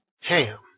Ham